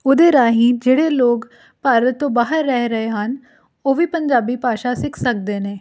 ਉਹਦੇ ਰਾਹੀਂ ਜਿਹੜੇ ਲੋਕ ਭਾਰਤ ਤੋਂ ਬਾਹਰ ਰਹਿ ਰਹੇ ਹਨ ਉਹ ਵੀ ਪੰਜਾਬੀ ਭਾਸ਼ਾ ਸਿੱਖ ਸਕਦੇ ਨੇ